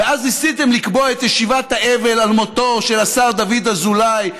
ואז ניסיתם לקבוע את ישיבת האבל על מותו של השר דוד אזולאי,